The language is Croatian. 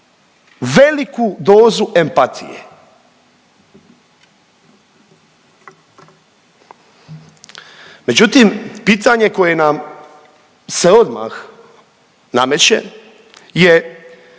veliku dozu empatije. Međutim, pitanje koje nam se odmah nameće je